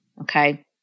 okay